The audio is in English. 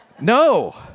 No